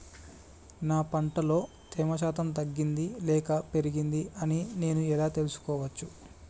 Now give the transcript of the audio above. నా పంట లో తేమ శాతం తగ్గింది లేక పెరిగింది అని నేను ఎలా తెలుసుకోవచ్చు?